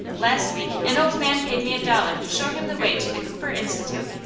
last week an old man paid me a dollar to show him the way to the cooper institute.